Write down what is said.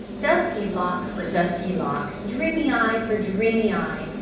dusky lock for dusky lock, dreamy eye for dreamy eye,